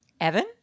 Evan